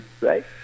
right